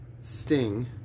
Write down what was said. Sting